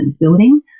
building